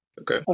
Okay